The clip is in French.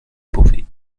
beauvais